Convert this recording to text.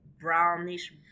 brownish